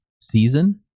season